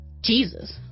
Jesus